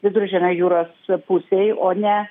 viduržemio jūros pusėj o ne